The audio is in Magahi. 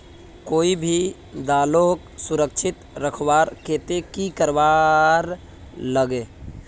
कोई भी दालोक सुरक्षित रखवार केते की करवार लगे?